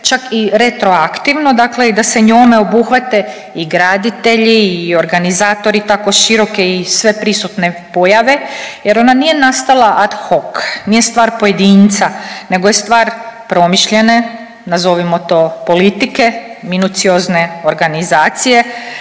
čak i retroaktivno, dakle i da se njome obuhvate i graditelji i organizatori tako široke i sveprisutne pojave. Jer ona nije nastala ad hoc, nije stvar pojedinca, nego je stvar promišljene nazovimo to politike, minuciozne organizacije